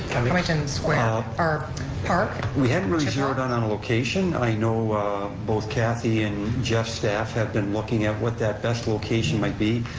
cummington square, or park? we hadn't really zeroed in on a location, i know both kathy and geoff's staff have been looking at what that best location might be,